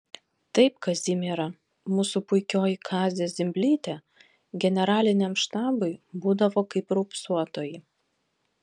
taip kazimiera mūsų puikioji kazė zimblytė generaliniam štabui būdavo kaip raupsuotoji